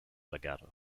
legato